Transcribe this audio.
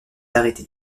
arrêté